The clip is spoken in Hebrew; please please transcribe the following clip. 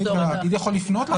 לפנות.